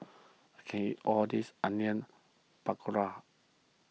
I can't eat all this Onion Pakora